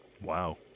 Wow